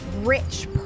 rich